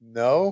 no